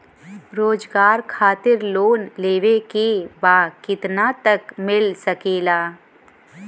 रोजगार खातिर लोन लेवेके बा कितना तक मिल सकेला?